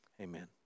Amen